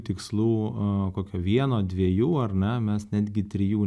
tikslų kokio vieno dviejų ar ne mes netgi trijų